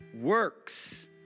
works